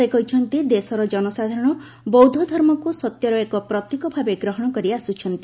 ସେ କହିଛନ୍ତି ଦେଶର ଜନସାଧାରଣ ବୌଦ୍ଧ ଧର୍ମକୁ ସତ୍ୟର ଏକ ପ୍ରତୀକ ଭାବେ ଗ୍ରହଣ କରି ଆସୁଛନ୍ତି